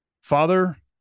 Father